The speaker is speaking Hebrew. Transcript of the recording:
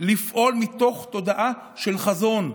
לפעול מתוך תודעה של חזון,